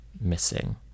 missing